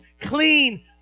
clean